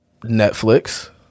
Netflix